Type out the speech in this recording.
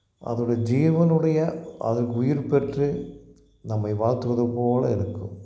அதோடய ஜீவனுடைய அதற்கு உயிர் பெற்று நம்மை வாழ்த்துவது போல் இருக்கும்